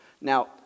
Now